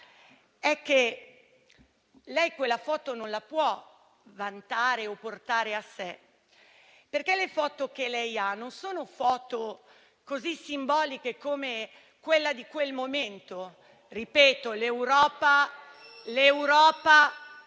Lei quella foto non la può vantare o portare a sé, perché le foto che lei ha non sono così simboliche come quella di quel momento. *(Commenti).* Ripeto, è l'Europa